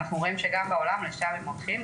ואנחנו רואים שגם בעולם לשם הם הולכים.